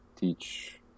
teach